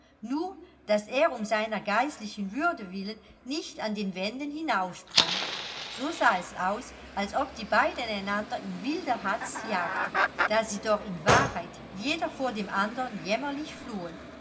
nur daß er um seiner geistlichen würde willen nicht an den wänden hinaufsprang so sah es aus als ob die beiden einander in wilder hatz jagten da sie doch in wahrheit jeder vor dem andern jämmerlich flohen